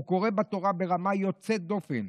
הוא קורא בתורה ברמה יוצאת דופן,